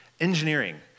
Engineering